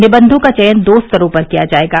निबंधों का चयन दो स्तरों पर किया जाएगा